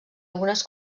algunes